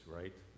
right